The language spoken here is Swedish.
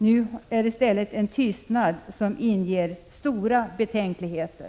Nu råder i stället en tystnad som inger stora betänkligheter.